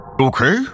okay